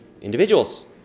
individuals